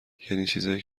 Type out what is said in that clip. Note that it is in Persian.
یعنی، چیزایی